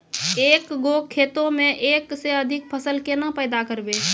एक गो खेतो मे एक से अधिक फसल केना पैदा करबै?